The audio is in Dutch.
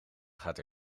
gaat